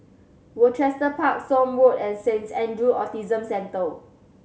Rochester Park Somme Road and Saint Andrew's Autism Centre